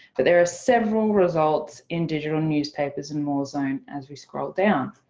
but there are several results in digital newspapers and more zone as we scroll down.